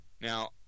Now